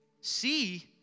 See